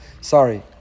Sorry